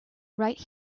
right